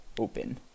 open